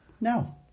No